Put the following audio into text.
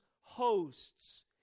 hosts